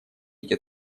эти